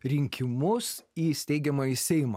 rinkimus į steigiamąjį seimą